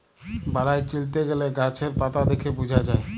বালাই চিলতে গ্যালে গাহাচের পাতা দ্যাইখে বুঝা যায়